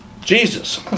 Jesus